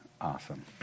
Awesome